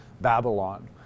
Babylon